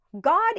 God